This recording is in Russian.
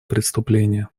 преступления